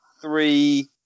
three